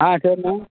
ஆ சரிண்ணே